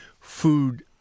food